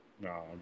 No